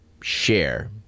share